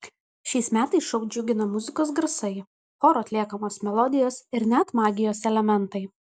šiais metais šou džiugina muzikos garsai choro atliekamos melodijos ir net magijos elementai